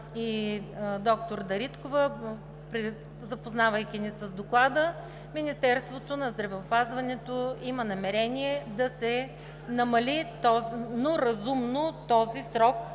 доктор Дариткова, запознавайки ни с Доклада, Министерството на здравеопазването има намерение да се намали, но разумно, този срок